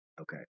okay